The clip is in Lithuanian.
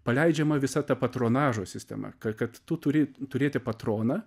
paleidžiama visa ta patronažo sistema kad kad tu turi turėti patroną